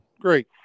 Great